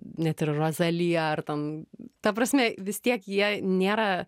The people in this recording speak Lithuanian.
net ir rozalija ar ten ta prasme vis tiek jie nėra